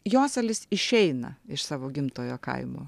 joselis išeina iš savo gimtojo kaimo